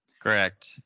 Correct